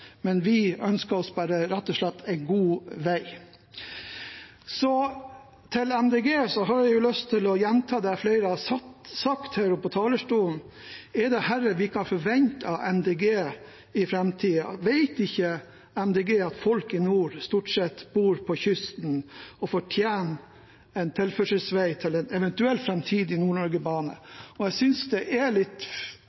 ønsker å skrote motorveiene, men vi ønsker bare rett og slett en god vei. Så til Miljøparti De Grønne har jeg lyst til å gjenta det flere har sagt her oppe på talerstolen: Er det dette vi kan forvente av Miljøpartiet De Grønne i framtiden? Vet ikke Miljøpartiet De Grønne at folk i nord stort sett bor på kysten og fortjener en tilførselsvei til en eventuell framtidig